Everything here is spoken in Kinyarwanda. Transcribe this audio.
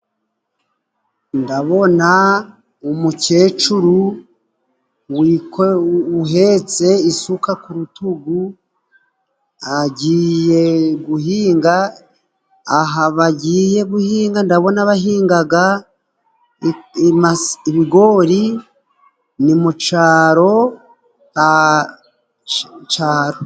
Ndabona umukecuru uhetse isuka ku rutugu agiye guhinga. Aha bagiye guhinga ndabona bahingaga ibigori, ni mu caro.